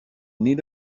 need